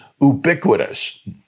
ubiquitous